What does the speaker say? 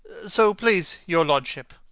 so please your lordship,